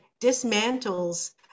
Dismantles